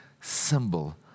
symbol